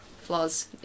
Flaws